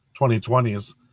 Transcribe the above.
2020s